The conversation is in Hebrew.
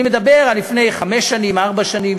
אני מדבר על לפני ארבע-חמש שנים,